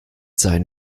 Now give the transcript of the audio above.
sein